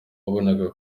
wagombaga